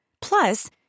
Plus